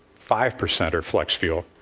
five percent are flex-fuel.